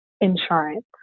insurance